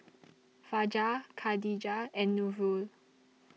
Fajar Khadija and Nurul